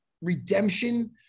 redemption